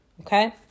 Okay